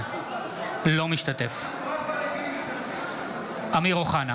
אינו משתתף בהצבעה אמיר אוחנה,